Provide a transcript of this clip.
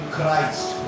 Christ